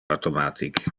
automatic